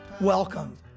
Welcome